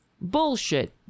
Bullshit